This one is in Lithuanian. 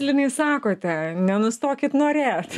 linai sakote nenustokit norėt